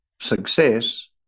success